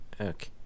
Okay